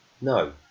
No